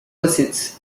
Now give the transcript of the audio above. basit